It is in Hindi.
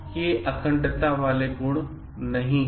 ये अखंडता वाले लोगों के गुण नहीं हैं